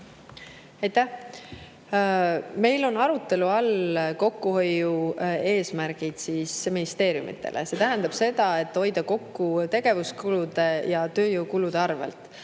Aitäh! Meil on arutelu all kokkuhoiueesmärgid ministeeriumidele. See tähendab seda, et tuleb hoida kokku tegevuskulude ja tööjõukulude arvelt.